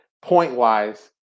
Point-wise